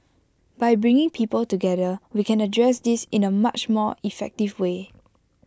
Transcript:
by bringing people together we can address this in A much more effective way